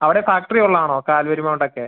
അവിടെ ഫാക്ടറി ഉള്ളതാണോ Calvary Mount ഒക്കെ